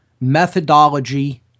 methodology